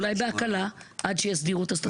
אולי בהקלה עד שיסדירו את הסטטוטוריקה.